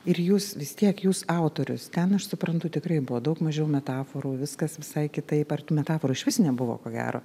ir jūs vis tiek jūs autorius ten aš suprantu tikrai buvo daug mažiau metaforų viskas visai kitaip ar tų metaforų išvis nebuvo ko gero